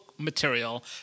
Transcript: material